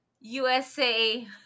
USA